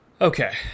okay